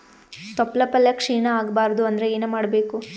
ತೊಪ್ಲಪಲ್ಯ ಕ್ಷೀಣ ಆಗಬಾರದು ಅಂದ್ರ ಏನ ಮಾಡಬೇಕು?